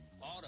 auto